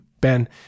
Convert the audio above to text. Ben